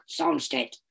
soundstage